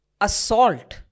assault